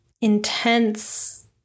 intense